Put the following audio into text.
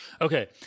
Okay